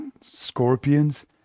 Scorpions